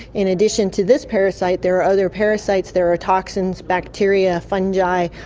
in addition to this parasite there are other parasites, there are toxins, bacteria, fungi,